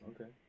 Okay